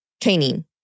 training